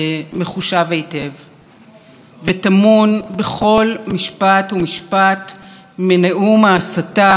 וטמון בכל משפט ומשפט מנאום ההסתה שנשאת נגד בית המשפט,